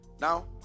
Now